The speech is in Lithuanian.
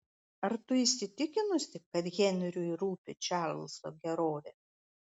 ar tu įsitikinusi kad henriui rūpi čarlzo gerovė